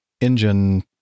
engine